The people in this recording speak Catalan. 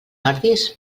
ordis